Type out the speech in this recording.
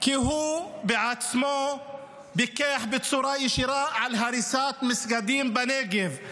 כי הוא בעצמו פיקח בצורה ישירה על הריסת מסגדים בנגב.